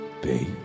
Baby